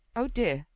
oh dear,